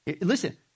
Listen